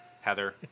Heather